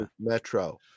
Metro